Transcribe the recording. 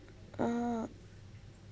uh